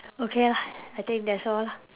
okay lah I think that's all lah